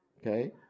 Okay